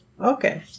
Okay